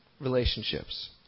Relationships